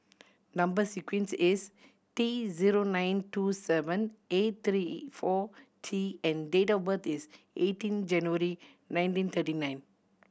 number sequence is T zero nine two seven eight three four T and date of birth is eighteen January nineteen thirty nine